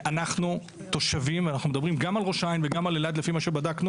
אנחנו תושבים ואנחנו מדברים גם על ראש העין וגם על אלעד לפי מה שבדקנו,